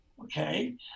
okay